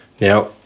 Now